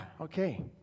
okay